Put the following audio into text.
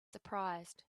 surprised